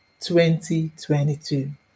2022